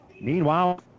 Meanwhile